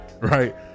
right